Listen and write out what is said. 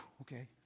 Okay